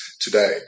today